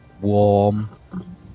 warm